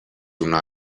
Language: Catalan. una